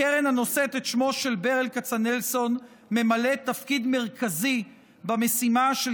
הקרן הנושאת את שמו של ברל כצנלסון ממלאת תפקיד מרכזי במשימה של